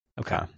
okay